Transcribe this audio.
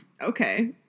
Okay